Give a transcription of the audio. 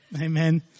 Amen